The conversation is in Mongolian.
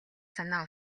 санаа